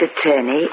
Attorney